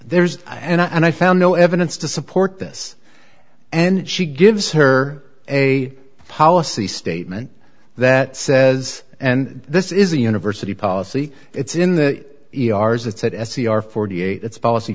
there's and i found no evidence to support this and she gives her a policy statement that says and this is a university policy it's in the e r as it said s e r forty eight that's policy